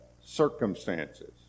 circumstances